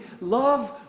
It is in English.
love